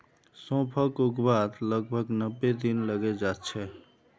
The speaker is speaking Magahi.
सौंफक उगवात लगभग नब्बे दिन लगे जाच्छे